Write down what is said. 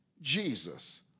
Jesus